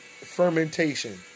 fermentation